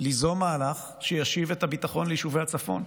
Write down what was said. ליזום מהלך שישיב את הביטחון ליישובי הצפון,